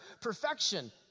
perfection